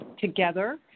together